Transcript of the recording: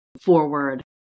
forward